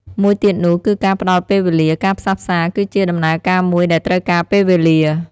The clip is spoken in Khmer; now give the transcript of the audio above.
មួយទៀតនោះគឺការផ្ដល់ពេលវេលា ការផ្សះផ្សាគឺជាដំណើរការមួយដែលត្រូវការពេលវេលា។